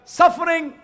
suffering